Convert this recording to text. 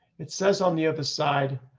it says on the other side.